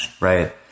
Right